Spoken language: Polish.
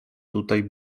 tutaj